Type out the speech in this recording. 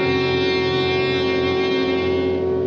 and